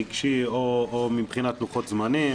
רגשי או מבחינת לוחות זמנים,